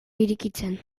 irekitzen